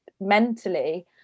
mentally